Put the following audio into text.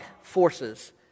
forces